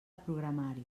programari